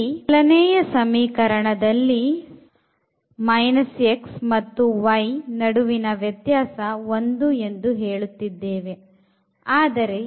ಇಲ್ಲಿ ಮೊದಲನೆಯ ಸಮೀಕರಣದಲ್ಲಿ x ಮತ್ತು y ನಡುವಿನ ವ್ಯತ್ಯಾಸ 1 ಎಂದು ಹೇಳುತ್ತಿದ್ದೇವೆ ಆದರೆ